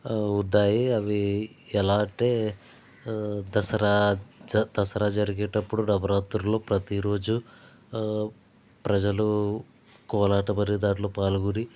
ఆ ఉంటాయి అవి ఎలా అంటే దసరా దసరా జరిగేటప్పుడు నవరాత్రులు ప్రతిరోజు ప్రజలు కోలాట కోలాటం అనే దాంట్లో పాల్గొని